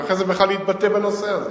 ואחרי זה בכלל להתבטא בנושא הזה